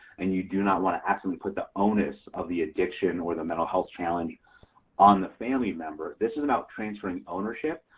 and you do not want to actually put the onus of the addiction or mental health challenge on the family member. this is about transferring ownership,